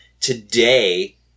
today